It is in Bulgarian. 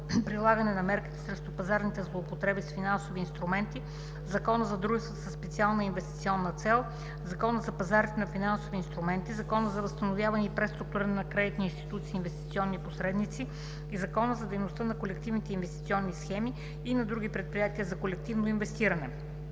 прилагане на мерките срещу пазарните злоупотреби с финансови инструменти, Закона за дружествата със специална инвестиционна цел, Закона за пазарите на финансови инструменти, Закона за възстановяване и преструктуриране на кредитни институции и инвестиционни посредници и Закона за дейността на колективните инвестиционни схеми и на други предприятия за колективно инвестиране,